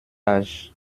âge